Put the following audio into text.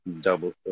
Double